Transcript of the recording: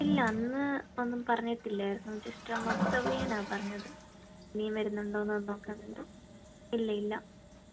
ഇല്ല അന്ന് ഒന്നും പറഞ്ഞിട്ടില്ലായിരുന്നു ജസ്റ്റൊന്ന് ഒബ്സർവ് ചെയ്യാനാണ് പറഞ്ഞത് ഇനീം വരുന്നുണ്ടോന്നൊന്ന് നോക്കാനായിട്ട് ഇല്ല ഇല്ല